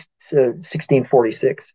1646